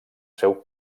seu